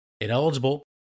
ineligible